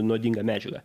nuodinga medžiaga